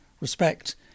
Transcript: respect